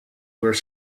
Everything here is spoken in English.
were